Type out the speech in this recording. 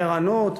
ערנות,